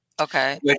Okay